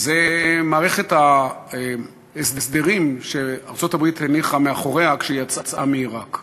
זה מערכת ההסדרים שארצות-הברית הניחה מאחוריה כשהיא יצאה מעיראק.